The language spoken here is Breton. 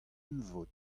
emvod